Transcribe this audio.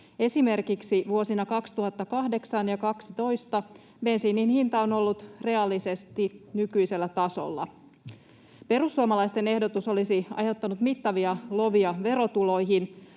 Esimerkiksi vuosina 2008 ja 2012 bensiinin hinta on ollut reaalisesti nykyisellä tasolla. Perussuomalaisten ehdotus olisi aiheuttanut mittavia lovia verotuloihin.